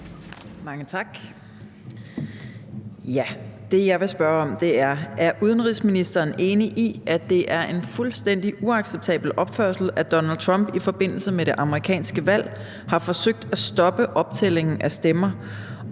af: Eva Flyvholm (EL): Er udenrigsministeren enig i, at det er en fuldstændig uacceptabel opførsel, at Donald Trump i forbindelse med det amerikanske valg har forsøgt at stoppe optællingen af stemmer,